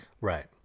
Right